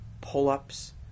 pull-ups